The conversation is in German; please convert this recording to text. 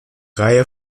reihe